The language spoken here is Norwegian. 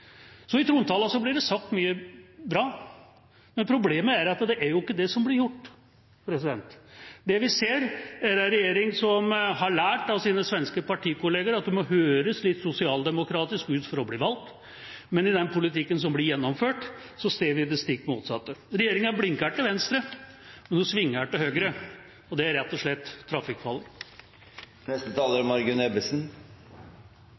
Så i trontalen blir det sagt mye bra, men problemet er at det er jo ikke det som blir gjort. Det vi ser, er en regjering som har lært av sine svenske partikolleger at en må høres litt sosialdemokratisk ut for å bli valgt, men i den politikken som blir gjennomført, ser vi det stikk motsatte. Regjeringen blinker til venstre, men svinger til høyre, og det er rett og slett